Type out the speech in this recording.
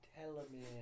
Telomere